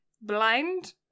Blind